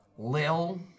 Lil